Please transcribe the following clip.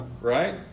right